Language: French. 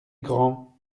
grands